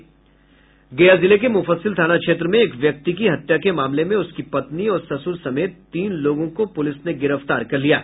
गया जिले के मुफस्सिल थाना क्षेत्र में एक व्यक्ति की हत्या के मामले में उसकी पत्नी और ससुर समेत तीन लोगों को पुलिस ने गिरफ्तार किया है